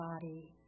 body